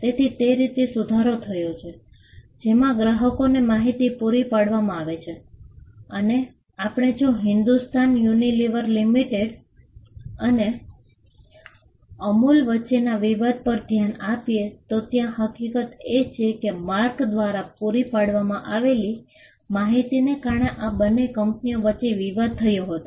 તેથી તે રીતે સુધારો થયો છે જેમાં ગ્રાહકોને માહિતી પુરી પાડવામાં આવે છે અને આપણે જો હિન્દુસ્તાન યુનિલિવર લિમિટેડ અને અમૂલ વચ્ચેના વિવાદ પર ધ્યાન આપીએ તો ત્યાં હકીકત એ છે કે માર્ક દ્વારા પૂરી પાડવામાં આવેલી માહિતીને કારણે આ બંને કંપનીઓ વચ્ચે વિવાદ થયો હતો